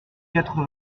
quatre